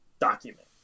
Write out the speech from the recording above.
document